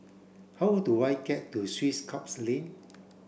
how do I get to Swiss Club Lane